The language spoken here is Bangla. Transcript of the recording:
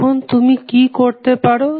এখন তুমি কি করতে পারো